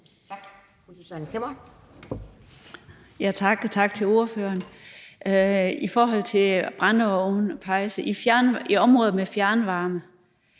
Tak.